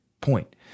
point